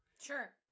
Sure